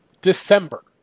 December